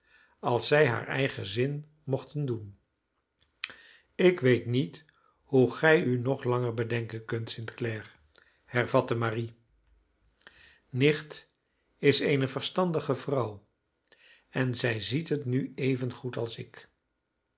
als zij haar eigen zin mochten doen ik weet niet hoe gij u nog langer bedenken kunt st clare hervatte marie nicht is eene verstandige vrouw en zij ziet het nu evengoed als ik